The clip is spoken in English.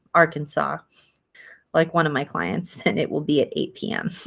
arkansas like one of my clients and it will be at eight pm.